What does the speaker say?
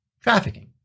trafficking